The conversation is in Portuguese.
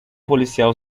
policial